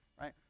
right